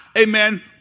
amen